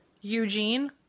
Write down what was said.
eugene